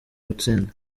gutsinda